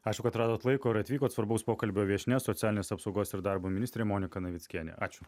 ačiū kad radot laiko ir atvyko svarbaus pokalbio viešnia socialinės apsaugos ir darbo ministrė monika navickienė ačiū